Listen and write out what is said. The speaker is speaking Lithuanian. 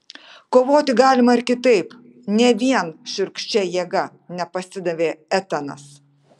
kovoti galima ir kitaip ne vien šiurkščia jėga nepasidavė etanas